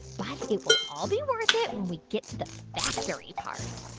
but it will all be worth it when we get to the factory part.